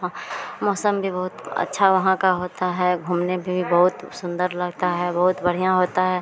मौसम भी बहुत अच्छा वहाँ का होता है घूमने पर भी बहुत वह सुन्दर लगता है बहुत बढ़ियाँ होता है